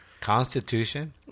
Constitution